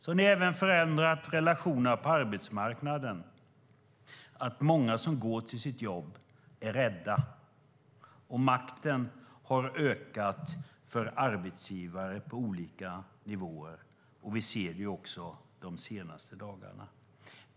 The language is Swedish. Ni har även förändrat relationerna på arbetsmarknaden, så att många som går till sitt jobb är rädda, och makten har ökat för arbetsgivare på olika nivåer. Det ser vi också de senaste dagarna.